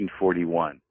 1941